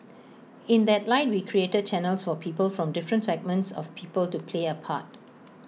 in that light we created channels for people from different segments of people to play A part